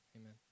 Amen